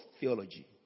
theology